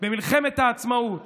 במלחמת העצמאות